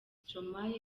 stromae